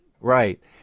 Right